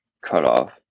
cutoff